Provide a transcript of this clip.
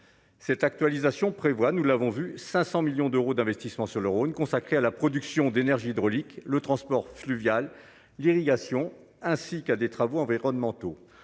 cette actualisation prévoit, nous l'avons vu 500 millions d'euros d'investissement sur le Rhône, consacré à la production d'énergie hydraulique, le transport fluvial, l'irrigation ainsi qu'à des travaux environnementaux,